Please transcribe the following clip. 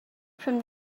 from